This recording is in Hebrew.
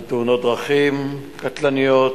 על תאונות דרכים קטלניות,